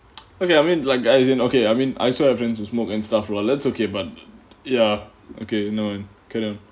okay I mean like as in okay I mean I also have friends who smoke and stuff lah but that's okay but ya okay no